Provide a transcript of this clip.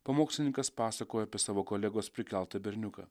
pamokslininkas pasakojo apie savo kolegos prikeltą berniuką